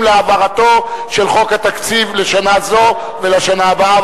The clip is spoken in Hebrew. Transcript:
להעברתו של חוק התקציב לשנה זו ולשנה הבאה,